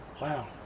Wow